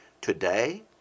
today